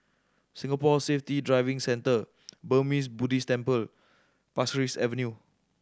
Singapore Safety Driving Centre Burmese Buddhist Temple Pasir Ris Avenue